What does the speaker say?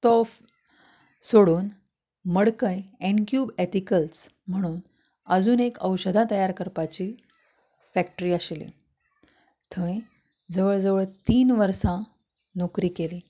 तो सोडून Madkai Encube Ethicals म्हुणून आजून एक औशधां तयार करपाची फॅक्ट्री आशिल्ली थंय जवळ जवळ तीन वर्सां नोकरी केली